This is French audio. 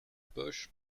poche